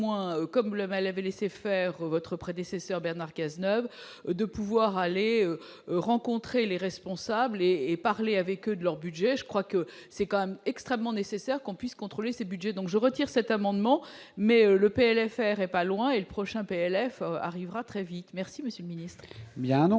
comme Laval avait laissé faire votre prédécesseur Bernard Cazeneuve, de pouvoir aller rencontrer les responsables et parler avec eux de leur budget, je crois que c'est quand même extrêmement nécessaire qu'on puisse contrôler ses Budgets, donc je retire cet amendement mais le PLFR et pas loin et le prochain PLF arrivera très vite, merci Monsieur le Ministre.